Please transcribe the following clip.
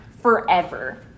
forever